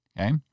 Okay